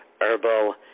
Herbal